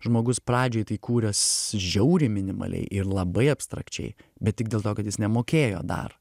žmogus pradžiai tai kūręs žiauriai minimaliai ir labai abstrakčiai bet tik dėl to kad jis nemokėjo dar